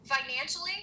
Financially